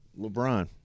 LeBron